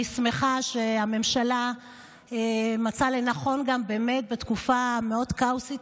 אני שמחה שהממשלה מצאה לנכון בתקופה המאוד-כאוטית